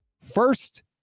First